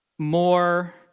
more